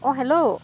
অ' hello